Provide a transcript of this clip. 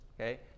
okay